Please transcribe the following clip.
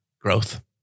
growth